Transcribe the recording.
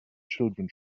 children